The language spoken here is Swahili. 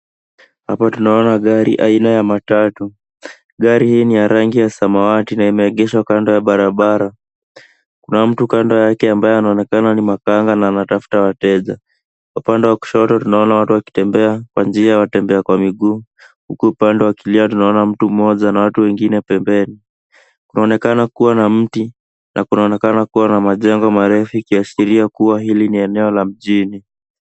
Hapa tunaona gari aina ya matatu. Gari hii ni ya rangi ya samawati na imeegeshwa kando ya barabara. Kuna mtu kando yake ambaye anaonekana ni makanga na anatafuta wateja. Upande wa kushoto tunaona watu wakitembea kwa njia ya watembea kwa miguu huku upande wa kulia tunaona mtu mmoja na watu wengine pembeni. Kunaonekana kuwa na mti na kunaonekana kuwa na majengo marefu ikiashiria kuwa hili ni eneo la mjini.